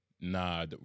Nah